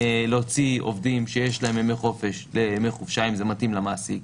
להוציא עובדים שיש להם ימי חופש שיצאו לימי חופשה אם זה מתאים למעסיק,